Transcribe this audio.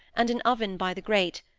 and an oven by the grate,